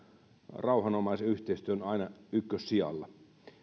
rauhanomaisen yhteistyön aina ykkössijalla